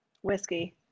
whiskey